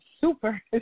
super